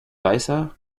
weißer